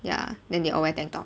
ya then they all wear tank top